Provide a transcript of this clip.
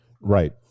Right